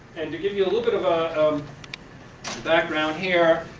and to give you a little bit of ah of background here,